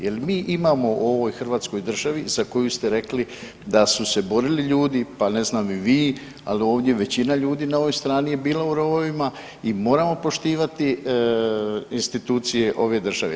Je li mi imamo u ovoj hrvatskoj državi, za koju ste rekli da su se borili ljudi, pa ne znam i vi, ali ovdje većina ljudi na ovoj strani je bila u rovovima i moram poštivati institucije ove države.